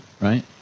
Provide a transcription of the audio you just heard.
right